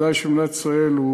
ודאי של מדינת ישראל,